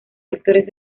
actores